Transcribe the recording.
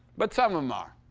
but some of them are.